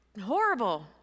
horrible